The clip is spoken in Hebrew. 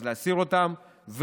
להסיר אותן,